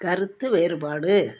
கருத்து வேறுபாடு